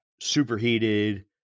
superheated